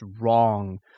wrong